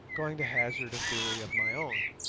going to hazard a theory of my own,